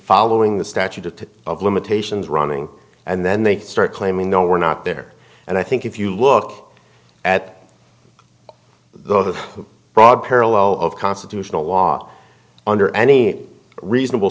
following the statute to of limitations running and then they start claiming no we're not there and i think if you look at the broad parallel of constitutional law under any reasonable